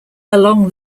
along